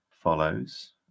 follows